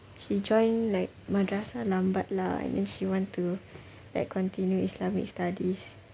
she join like madrasah lambat lah and then she want to like continue islamic studies